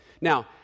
Now